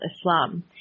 Islam